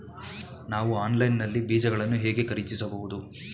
ನಾವು ಆನ್ಲೈನ್ ನಲ್ಲಿ ಬೀಜಗಳನ್ನು ಹೇಗೆ ಖರೀದಿಸಬಹುದು?